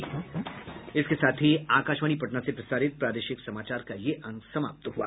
इसके साथ ही आकाशवाणी पटना से प्रसारित प्रादेशिक समाचार का ये अंक समाप्त हुआ